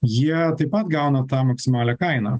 jie taip pat gauna tą maksimalią kainą